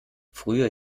früher